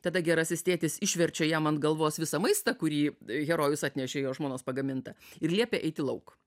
tada gerasis tėtis išverčia jam ant galvos visą maistą kurį herojus atnešė jo žmonos pagamintą ir liepia eiti lauk